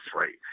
rate